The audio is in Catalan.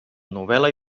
novel·la